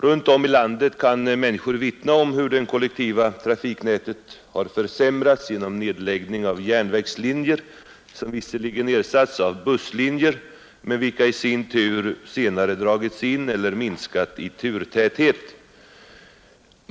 Runt om i landet kan människor vittna om hur det kollektiva trafiknätet har försämrats genom nedläggning av järnvägslinjer, som visserligen ersatts av busslinjer, vilka i sin tur senare dragits in eller minskat i turtäthet.